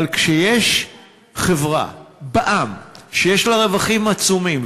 אבל כשיש חברה בע"מ שיש לה רווחים עצומים,